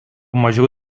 mažiau